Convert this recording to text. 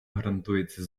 гарантується